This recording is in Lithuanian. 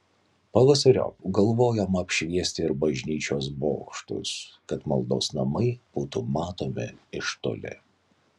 pavasariop galvojama apšviesti ir bažnyčios bokštus kad maldos namai būtų matomi iš toli